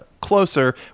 closer